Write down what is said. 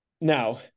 Now